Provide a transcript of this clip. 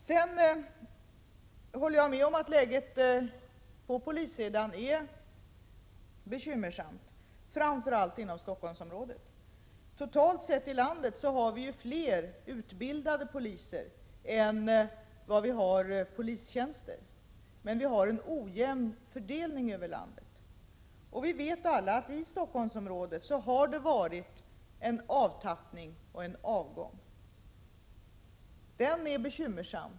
Sedan håller jag med om att läget på polissidan är bekymmersamt framför allt inom Stockholmsområdet. Totalt sett i landet har vi fler utbildade poliser än vad vi har polistjänster, men vi har en ojämn fördelning över landet. Vi vet alla att det i Stockholmsområdet har varit en avtappning, en avgång. Den är bekymmersam.